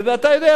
ואתה יודע,